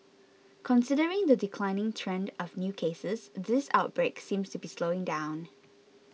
considering the declining trend of new cases this outbreak seems to be slowing down